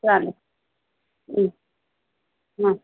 चालेल हां